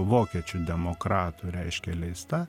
vokiečių demokratų reiškia leista